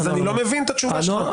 אז אני לא מבין את התשובה שלך.